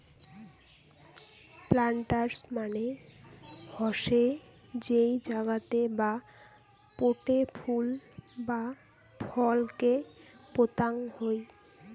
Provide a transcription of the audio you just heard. planters মানে হসে যেই জাগাতে বা পোটে ফুল বা ফল কে পোতাং হই